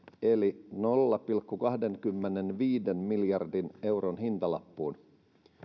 eli nolla pilkku kahdenkymmenenviiden miljardin euron hintalappuun